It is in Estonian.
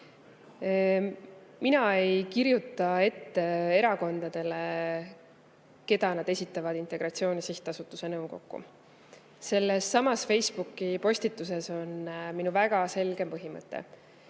Mina ei kirjuta erakondadele ette, keda nad esitavad Integratsiooni Sihtasutuse nõukokku. Sellessamas Facebooki postituses on minu väga selge põhimõte,